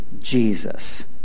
Jesus